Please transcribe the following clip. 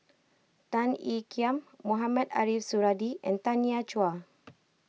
Tan Ean Kiam Mohamed Ariff Suradi and Tanya Chua